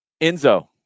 Enzo